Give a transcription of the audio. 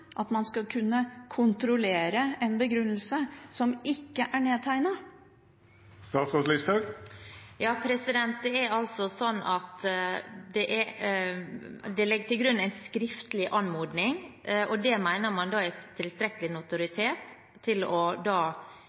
at man skal kunne kontrollere en begrunnelse som ikke er nedtegnet? Det legges til grunn at det skal være en skriftlig anmodning, og det mener man vil sikre tilstrekkelig notoritet til